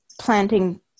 planting